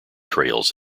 trails